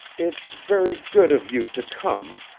it's very good of you to come,